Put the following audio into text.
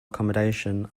accommodation